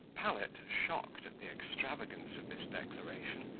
pallet, shocked at the extravagance of this declaration,